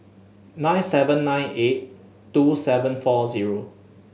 nine seven nine eight two seven four zero